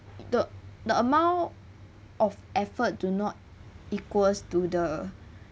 the the amount of effort do not equals to the